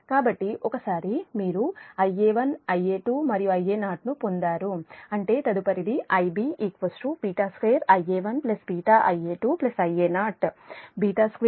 కాబట్టి ఒకసారి మీరు Ia1 Ia2 మరియు Ia0 ను పొందారు అంటే తదుపరిది Ib β2 Ia1 βIa2 Ia0